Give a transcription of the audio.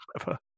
clever